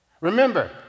remember